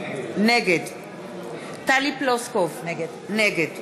נגד טלי פלוסקוב, נגד